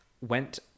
went